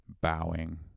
bowing